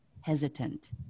hesitant